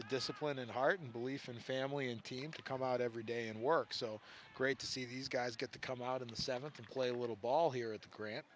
of discipline and hard belief in the family and team to come out every day and work so great to see these guys get to come out in the seventh and play a little ball here at the grant